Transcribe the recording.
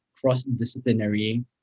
cross-disciplinary